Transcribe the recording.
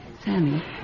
Sammy